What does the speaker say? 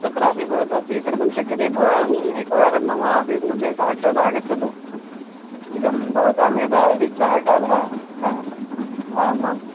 तत्रापि भवता स्वीकर्तुं शक्यते भवान् एकवारं मम आफ़ीस् मध्ये साक्षादागच्छतु इदं भवतां यदा रिक्तः कालः हा